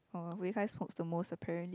oh Wei Kai smokes the most apperently